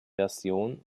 version